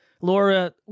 Laura